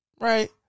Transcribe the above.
Right